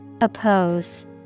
Oppose